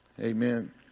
Amen